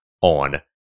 on